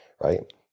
right